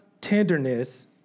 tenderness